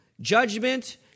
Judgment